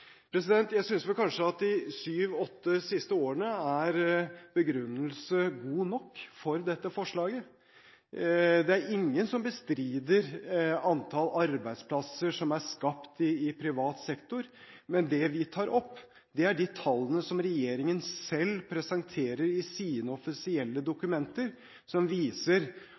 Jeg synes vel kanskje at de siste syv–åtte årene er begrunnelse god nok for dette forslaget. Det er ingen som bestrider antall arbeidsplasser som er skapt i privat sektor, men det vi tar opp, er de tallene som regjeringen selv presenterer i sine offisielle dokumenter, som viser